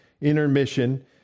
intermission